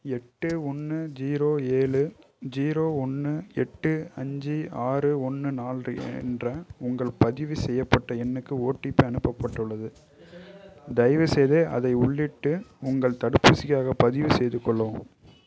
எட்டு ஒன்று ஜீரோ ஏழு ஜீரோ ஒன்று எட்டு அஞ்சு ஆறு ஒன்று நாலு என்ற உங்கள் பதிவு செய்யப்பட்ட எண்ணுக்கு ஒடிபி அனுப்பப்பட்டுள்ளது தயவுசெய்து அதை உள்ளிட்டு உங்கள் தடுப்பூசிக்காகப் பதிவுசெய்து கொள்ளவும்